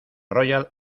royal